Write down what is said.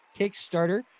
Kickstarter